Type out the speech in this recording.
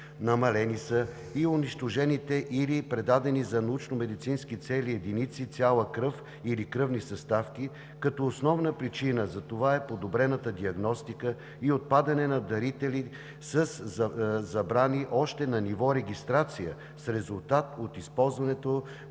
Намалени и унищожени или предадени за научно-медицински цели са единици, цяла кръв или кръвни съставки, като основна причина за това е подобрената диагностика и отпадане на дарители със забрани още на ниво регистрация с резултат от използването